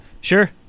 Sure